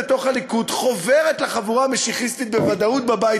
בתוך הליכוד חוברת לחבורה המשיחיסטית בוודאות בבית